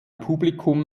publikum